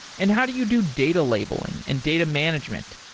and how do you do data labeling and data management?